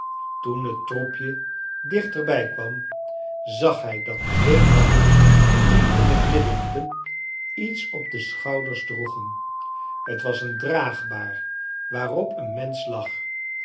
toen het troepje dich terbrj kwam zag hij dat twee man j nen die in het midden liepeu iets op de schouders droegen t was een draagbaar waarop een mensch